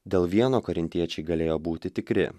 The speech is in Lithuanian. dėl vieno korintiečiai galėjo būti tikri